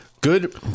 Good